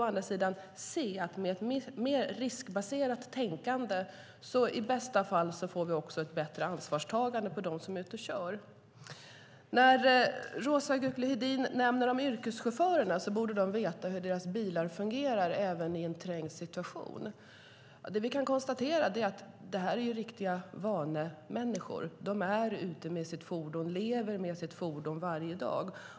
Med ett mer riskbaserat tänkande får vi i bästa fall också ett bättre ansvarstagande hos dem som är ute och kör. Roza Güclü Hedin nämner att yrkeschaufförerna borde veta hur deras bilar fungerar även i en trängd situation. Det vi kan konstatera är att det här är riktiga vanemänniskor. De är ute med sitt fordon, lever med sitt fordon varje dag.